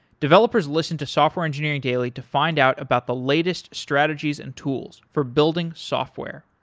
developers listen to software engineering daily to find out about the latest strategies and tools for building software.